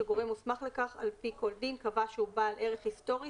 שגורם מוסמך לכך על פי כל דין קבע שהוא בעל ערך היסטורי,